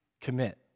commit